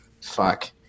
fuck